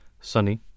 sunny